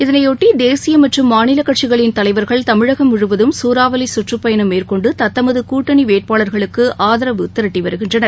இதையொட்டி தேசிய மற்றும் மாநில கட்சிகளின் தலைவர்கள் தமிழகம் முழுவதும் சூறாவளி சுற்றுப்பயணம் மேற்கொண்டு தத்தமது கூட்டணி வேட்பாளர்களுக்கு ஆதரவு திரட்டி வருகின்றனர்